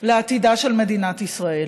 לעתידה של מדינת ישראל,